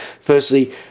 firstly